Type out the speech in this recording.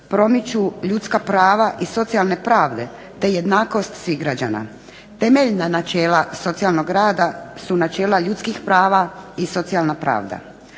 promiču ljudska prava i socijalne pravde te jednakost svih građana. Temeljna načela socijalnog rada su načela ljudskih prava i socijalna pravda.